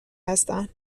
هستن